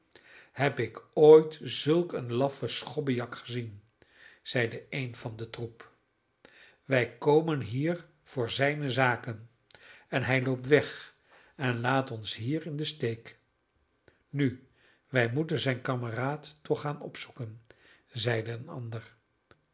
heb ik ooit zulk een laffen schobbejak gezien zeide een van den troep wij komen hier voor zijne zaken en hij loopt weg en laat ons hier in den steek nu wij moeten zijn kameraad toch gaan opzoeken zeide een ander